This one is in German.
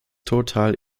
total